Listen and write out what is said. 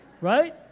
Right